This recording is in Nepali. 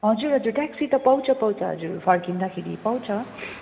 हजुर हजुर ट्याक्सी त पाउँछ पाउँछ हजुर फर्किँदाखेरि पाउँछ